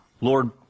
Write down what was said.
Lord